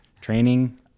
training